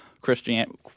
Christian